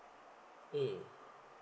mm